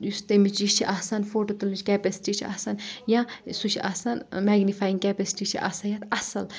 یُس تمِچ یہِ چھِ آسان فوٹو تُلنٕچ کیٚپیسِٹی چھِ آسان یا سُہ چھِ آسان میٚگنِفایِنگ کیٚپیسِٹی چھِ آسان یَتھ اَصل